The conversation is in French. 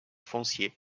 foncier